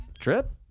trip